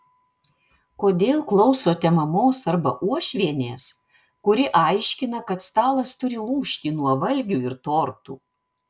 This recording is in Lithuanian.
kodėl klausote mamos arba uošvienės kuri aiškina kad stalas turi lūžti nuo valgių ir tortų